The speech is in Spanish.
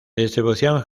distribución